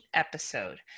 episode